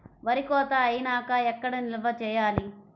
వరి కోత అయినాక ఎక్కడ నిల్వ చేయాలి?